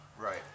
Right